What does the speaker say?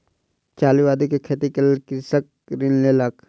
आलू आदि के खेतीक लेल कृषक ऋण लेलक